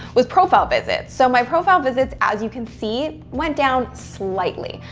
was profile visits. so my profile visits, as you can see, went down slightly.